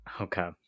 Okay